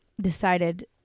decided